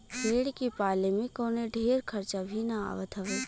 भेड़ के पाले में कवनो ढेर खर्चा भी ना आवत हवे